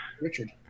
Richard